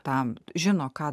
tam žino ką